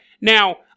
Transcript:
Now